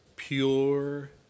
pure